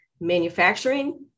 manufacturing